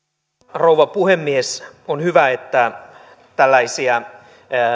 rouva puhemies on hyvä että tällaisia